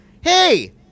Hey